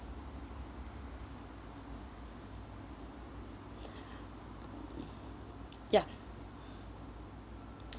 ya ya